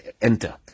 enter